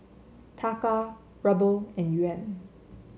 Taka Ruble and Yuan